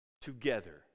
together